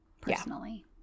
personally